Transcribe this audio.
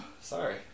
Sorry